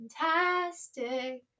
fantastic